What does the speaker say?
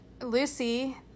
Lucy